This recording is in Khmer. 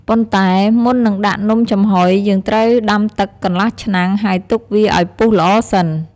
ប៉ុន្តែមុននឹងដាក់នំចំហុយ យើងត្រូវដាំទឹកកន្លះឆ្នាំង ហើយទុកវាឱ្យពុះល្អសិន។